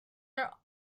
are